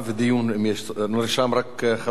נרשם רק חבר אחד,